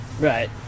Right